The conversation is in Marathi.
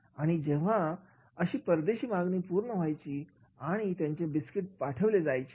आणि जेव्हा अशी परदेशी मागणी पूर्ण व्हायचीआणि त्याचे बिस्किट पाठवले जायचे